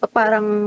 parang